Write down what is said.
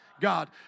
God